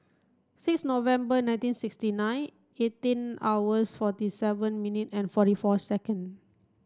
six November nineteen sixty nine eighteen hours forty seven minute and forty four second